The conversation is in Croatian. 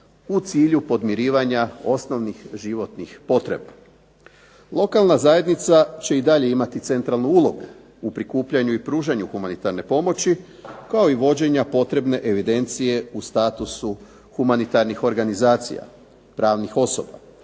u cilju podmirivanja osnovnih životnih potreba. Lokalna zajednica će i dalje imati centralnu ulogu u prikupljanju i pružanju humanitarne pomoći kao i vođenja potrebne evidencije o statusu humanitarnih organizacija pravnih osoba